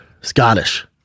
Scottish